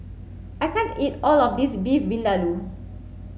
I can't eat all of this Beef Vindaloo